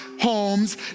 homes